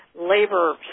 Labor